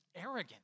arrogant